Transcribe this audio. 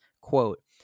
quote